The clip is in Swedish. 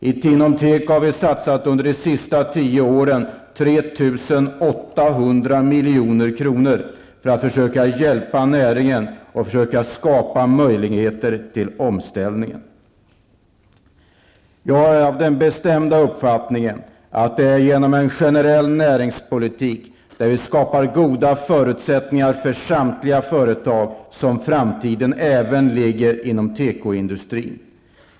Inom teko har vi under de senaste tio åren satsat 3 800 milj.kr. för att försöka hjälpa näringen och för att försöka skapa möjligheter till omställningen. Jag är av den bestämda uppfattningen att det är genom en generell näringspolitik, där vi skapar goda förutsättningar för samtliga företag, som framtiden ligger även när det gäller tekoindustrin.